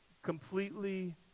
Completely